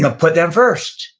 ah put them first,